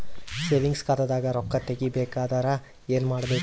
Savings ಖಾತಾದಾಗ ರೊಕ್ಕ ತೇಗಿ ಬೇಕಾದರ ಏನ ಮಾಡಬೇಕರಿ?